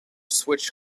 switch